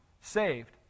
saved